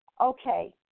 okay